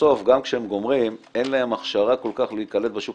בסוף גם כשהם גומרים אין להם הכשרה כל כך להיקלט בשוק